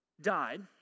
died